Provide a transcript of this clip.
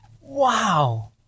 Wow